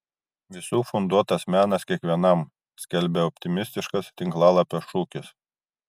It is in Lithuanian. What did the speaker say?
visų funduotas menas kiekvienam skelbia optimistiškas tinklalapio šūkis